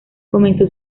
comenzó